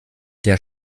der